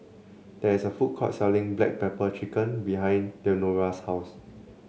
there's a food court selling Black Pepper Chicken behind Leonora's house